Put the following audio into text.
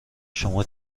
شما